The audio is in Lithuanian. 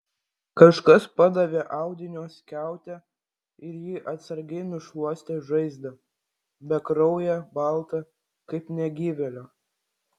kažkas padavė audinio skiautę ir ji atsargiai nušluostė žaizdą bekrauję baltą kaip negyvėlio